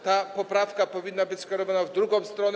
Ta poprawka powinna być skierowana w drugą stronę.